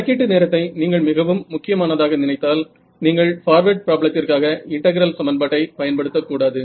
கணக்கீட்டு நேரத்தை நீங்கள் மிகவும் முக்கியமானதாக நினைத்தால் நீங்கள் பார்வேர்ட் ப்ராப்ளத்திற்காக இன்டகிரல் சமன்பாட்டை பயன்படுத்தக்கூடாது